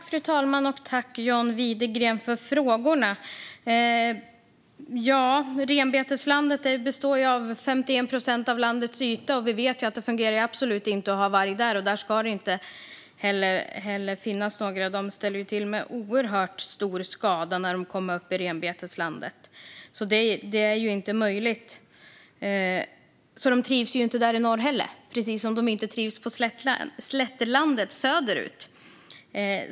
Fru talman! Jag tackar John Widegren för frågorna. Renbeteslandet består av 51 procent av landets yta, och vi vet att det absolut inte fungerar att ha varg där. Där ska det inte heller finnas några vargar. De ställer till med oerhört stor skada när de kommer upp i renbeteslandet. Det är därför inte möjligt att ha dem där. De trivs alltså inte i norr och inte på slättlandet söderut.